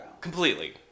Completely